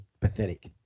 pathetic